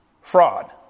Fraud